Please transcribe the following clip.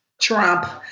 Trump